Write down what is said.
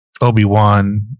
Obi-Wan